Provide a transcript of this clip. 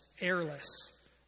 airless